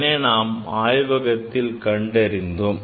அதனை நாம் ஆய்வகத்தில் கண்டறிந்தோம்